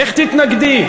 איך תתנגדי,